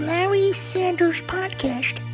LarrySandersPodcast